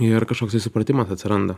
ir kažkoks susipratimas atsiranda